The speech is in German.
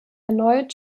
erneut